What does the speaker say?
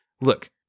look